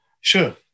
Sure